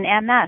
MS